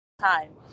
time